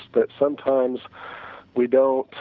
but sometimes we don't